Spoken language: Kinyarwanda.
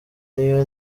n’iyo